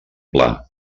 pla